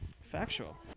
Factual